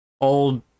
old